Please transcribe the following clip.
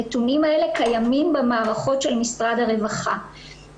הנתונים האלה קיימים במערכות של משרד הרווחה.